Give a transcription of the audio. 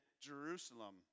Jerusalem